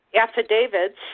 affidavits